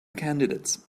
candidates